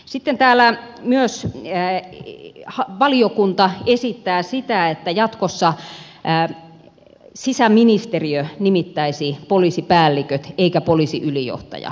sitten täällä myös valiokunta esittää sitä että jatkossa sisäministeriö nimittäisi poliisipäälliköt eikä poliisiylijohtaja